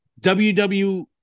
WW